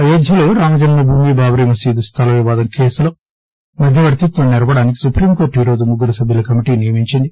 అయోధ్యలో రామజన్మభూమి బాబ్రీ మసీదు స్థల వివాదం కేసులో మధ్యవర్తిత్వం నెరపడానికి సుప్రీంకోర్టు ఈరోజు ముగ్గురు సభ్యుల కమిటీని నియమించింది